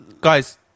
Guys